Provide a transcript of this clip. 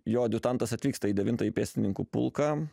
jo adjutantas atvyksta į devintąjį pėstininkų pulką